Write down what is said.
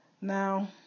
now